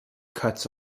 cuts